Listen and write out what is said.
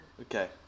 Okay